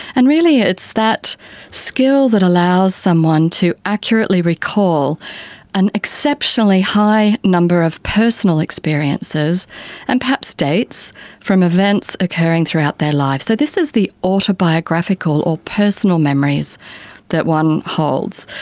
and really it's that skill that allows someone to accurately recall an exceptionally high number of personal experiences and perhaps dates from events occurring throughout their life. so this is the autobiographical or personal memories that one holds.